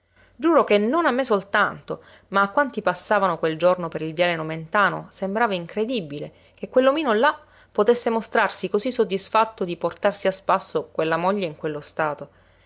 giuro che non a me soltanto ma a quanti passavano quel giorno per il viale nomentano sembrava incredibile che quell'omino là potesse mostrarsi cosí soddisfatto di portarsi a spasso quella moglie in quello stato